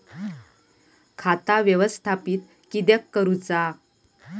खाता व्यवस्थापित किद्यक करुचा?